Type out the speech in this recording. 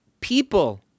people